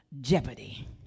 jeopardy